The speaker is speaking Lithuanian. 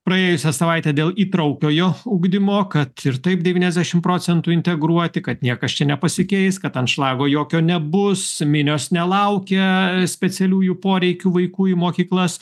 praėjusią savaitę dėl įtraukiojo ugdymo kad ir taip devyniasdešimt procentų integruoti kad niekas čia nepasikeis kad anšlago jokio nebus minios nelaukia specialiųjų poreikių vaikų į mokyklas